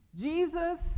Jesus